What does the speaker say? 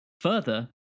Further